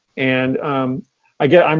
and i guess, um